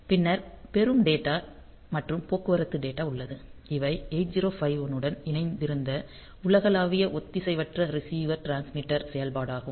பின்னர் பெறும் டேட்டா மற்றும் போக்குவரத்து டேட்டா உள்ளது இவை 8051 உடன் ஒருங்கிணைந்த உலகளாவிய ஒத்திசைவற்ற ரிசீவர் டிரான்ஸ்மிட்டர் செயல்பாடாகும்